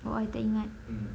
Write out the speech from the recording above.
!wah! I tak ingat